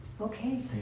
Okay